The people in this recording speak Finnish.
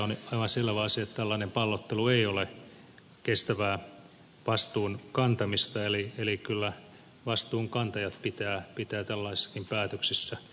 on aivan selvä asia että tällainen pallottelu ei ole kestävää vastuun kantamista eli kyllä vastuunkantajat pitää tällaisissakin päätöksissä löytyä